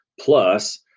plus